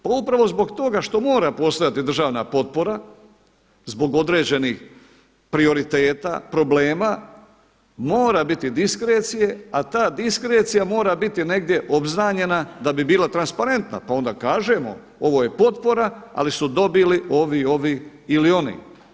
Pa upravo zbog toga što mora postojati državna potpora, zbog određenih prioriteta, problema mora biti diskrecije, a ta diskrecija mora biti negdje obznanjena da bi bila transparentna, pa onda kažemo ovo je potpora, ali su dobili ovi, ovi ili oni.